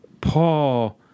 Paul